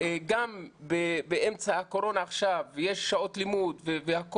גם עכשיו באמצע הקורונה יש שעות לימוד וזה